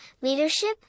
leadership